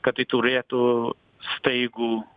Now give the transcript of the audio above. kad tai turėtų staigų